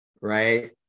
right